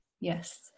yes